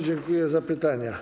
Dziękuję za pytania.